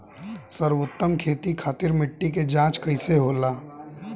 सर्वोत्तम खेती खातिर मिट्टी के जाँच कइसे होला?